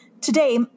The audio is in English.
today